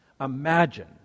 Imagine